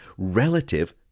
relative